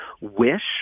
wish